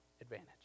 advantage